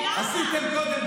עושה?